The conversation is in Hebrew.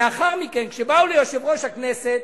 לאחר מכן, כשבאו ליושב-ראש הכנסת,